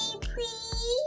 please